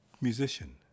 musician